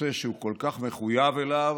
נושא שהוא כל כך מחויב אליו,